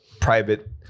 private